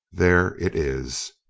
there it is.